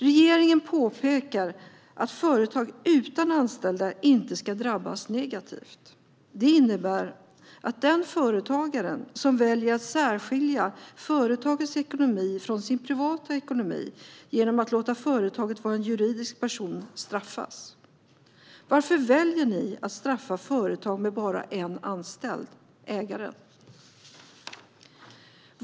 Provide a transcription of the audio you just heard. Regeringen framhåller att företag utan anställda inte ska drabbas negativt. Det innebär att den företagare som väljer att särskilja företagets ekonomi från sin privata ekonomi genom att låta företaget vara en juridisk person straffas. Varför väljer ni att straffa företag med bara en anställd - ägaren?